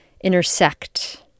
intersect